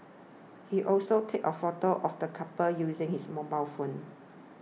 he also take a photo of the couple using his mobile phone